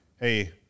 Hey